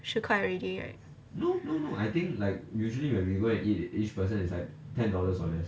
十块 already right